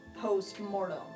post-mortem